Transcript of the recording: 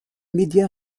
médias